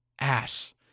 ass